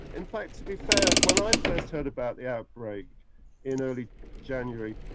in fact, to be fair, when i first heard about the outbreak in early january,